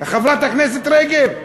חברת הכנסת רגב.